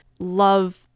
love